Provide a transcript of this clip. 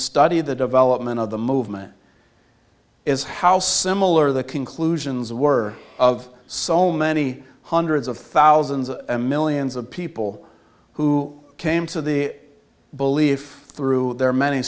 study the development of the movement is how similar the conclusions were of so many hundreds of thousands millions of people who came to the belief through their many